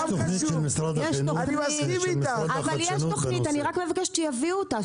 יש תוכנית, אני רק מבקשת שיביאו אותה.